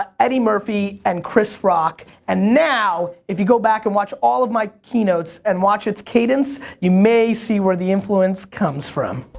ah eddie murphy and chris rock. and now, if you go back and watch all of my keynotes and watch its cadence, you may see where the influence comes from.